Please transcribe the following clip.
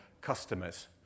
customers